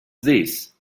this